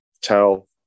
tell